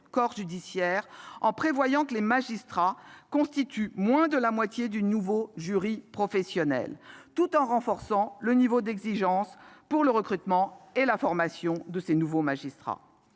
corps judiciaire, en prévoyant que les magistrats constitueraient moins de la moitié du nouveau jury professionnel, tout en renforçant le niveau d'exigence pour le recrutement et la formation de ces nouveaux magistrats.